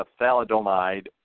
thalidomide